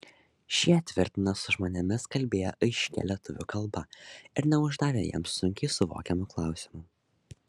šie tvirtina su žmonėmis kalbėję aiškia lietuvių kalba ir neuždavę jiems sunkiai suvokiamų klausimų